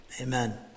Amen